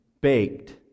baked